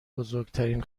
بزرگترین